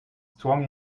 strong